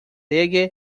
reggae